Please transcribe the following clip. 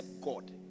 God